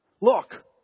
Look